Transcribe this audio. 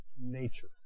nature